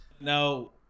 Now